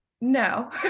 no